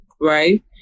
right